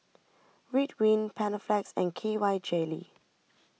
Ridwind Panaflex and K Y Jelly